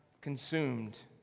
consumed